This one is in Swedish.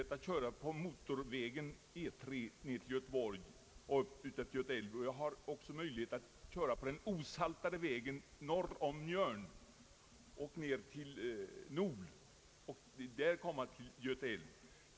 Dels kan jag köra motorvägen ned till Göteborg och upp efter Göta älv, dels kan jag köra på den osaltade vägen norr om Mjörn, därefter ned till Nol och på så vis komma fram till Göta älv.